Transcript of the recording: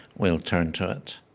we'll turn to it.